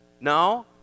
No